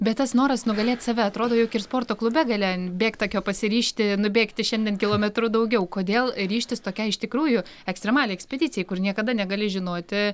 bet tas noras nugalėt save atrodo juk ir sporto klube gali an bėgtakio pasiryžti nubėgti šiandien kilometru daugiau kodėl ryžtis tokiai iš tikrųjų ekstremaliai ekspedicijai kur niekada negali žinoti